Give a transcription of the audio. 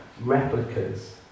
replicas